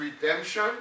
redemption